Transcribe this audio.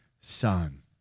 son